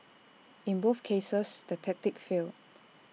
in both cases the tactic failed